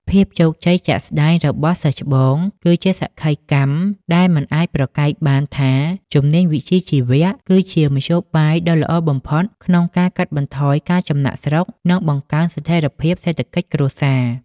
ភាពជោគជ័យជាក់ស្ដែងរបស់សិស្សច្បង គឺជាសក្ខីកម្មដែលមិនអាចប្រកែកបានថា «ជំនាញវិជ្ជាជីវៈ» គឺជាមធ្យោបាយដ៏ល្អបំផុតក្នុងការកាត់បន្ថយការចំណាកស្រុក និងបង្កើនស្ថិរភាពសេដ្ឋកិច្ចគ្រួសារ។